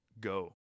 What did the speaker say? go